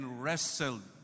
wrestled